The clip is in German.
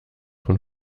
von